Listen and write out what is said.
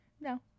No